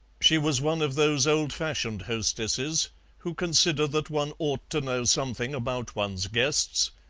she was one of those old-fashioned hostesses who consider that one ought to know something about one's guests,